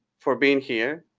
for being here,